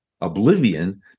oblivion